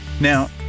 Now